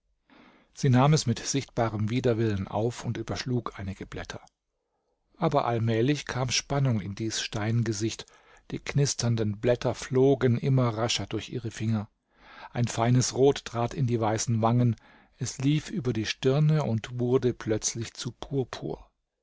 sie nahm es mit sichtbarem widerwillen auf und überschlug einige blätter aber allmählich kam spannung in dies steingesicht die knisternden blätter flogen immer rascher durch ihre finger ein feines rot trat in die weißen wangen es lief über die stirne und wurde plötzlich zu purpur